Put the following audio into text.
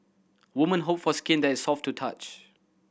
woman hope for skin that is soft to touch